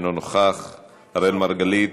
אינו נוכח, אראל מרגלית,